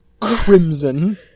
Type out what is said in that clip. crimson